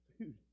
food